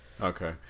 okay